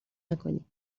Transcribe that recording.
نکنی